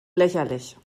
lächerlich